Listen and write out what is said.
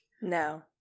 No